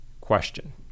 question